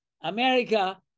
America